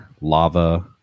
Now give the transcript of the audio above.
lava